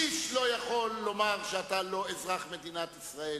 איש לא יכול לומר שאתה לא אזרח מדינת ישראל.